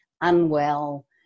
unwell